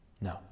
no